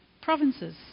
provinces